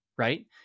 Right